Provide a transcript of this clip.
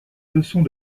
leçons